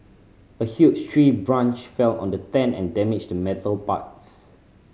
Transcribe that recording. a huge tree branch fell on the tent and damaged the metal parts